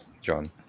John